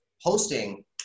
Hosting